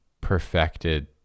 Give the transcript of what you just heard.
perfected